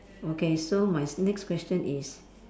okay so my s~ next question is